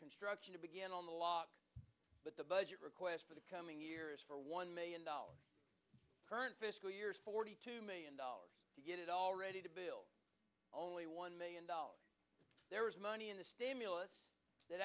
construction to begin on but the budget request for the coming years for one million dollars current fiscal years forty two million dollars to get it all ready to build only one million dollars there is money in the stimulus that